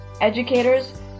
educators